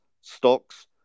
stocks